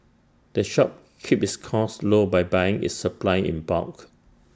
the shop keeps its costs low by buying its supplies in bulk